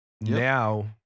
Now